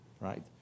Right